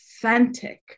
authentic